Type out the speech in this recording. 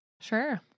sure